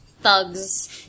thugs